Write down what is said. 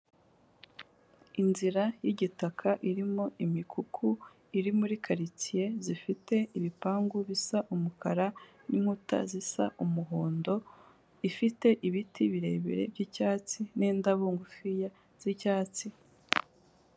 Inzira y'igitaka irimo imikuku iri muri karitsiye zifite ibipangu bisa umukara n'inkuta zisa umuhondo, ifite ibiti birebire by'icyatsi n'indabo ngufiya z'icyatsi.